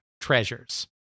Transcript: treasures